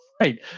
Right